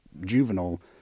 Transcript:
juvenile